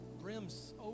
brims